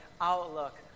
outlook